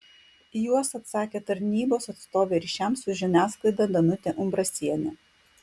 į juos atsakė tarnybos atstovė ryšiams su žiniasklaida danutė umbrasienė